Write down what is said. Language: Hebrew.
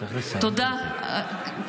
"תודה --- צריך לסיים, גברתי.